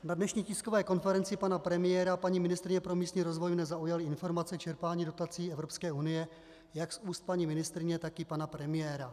Na dnešní tiskové konferenci pana premiéra a paní ministryně pro místní rozvoj mě zaujaly informace o čerpání dotací Evropské unie jak z úst paní ministryně, tak i pana premiéra.